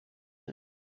him